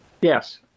Yes